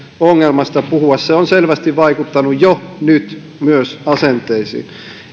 ongelmasta puhua se on selvästi vaikuttanut jo nyt myös asenteisiin